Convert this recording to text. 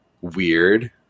weird